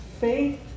faith